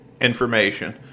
information